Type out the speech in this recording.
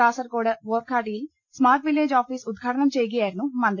കാസർകോട് വോർഖാഡിയിൽ smart village office ഉദ്ഘാടനം ചെയ്യുകയായിരുന്നു മന്ത്രി